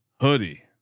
hoodie